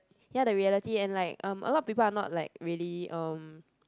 ya the reality and like um a lot of people are not like really um